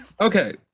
Okay